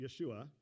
Yeshua